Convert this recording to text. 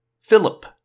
Philip